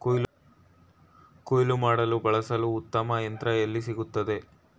ಕುಯ್ಲು ಮಾಡಲು ಬಳಸಲು ಉತ್ತಮ ಯಂತ್ರ ಎಲ್ಲಿ ಸಿಗುತ್ತದೆ?